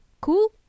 Cool